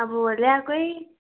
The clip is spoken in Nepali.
अब ल्याएकै